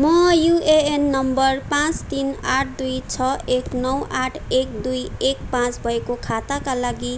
म UAN number पाँच तिन आठ दुई छ एक नौ आठ एक दुई एक पाँच भएको खाताका लागि